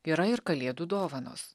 yra ir kalėdų dovanos